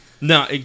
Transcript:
No